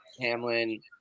Hamlin